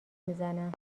میزنم